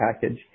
package